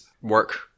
work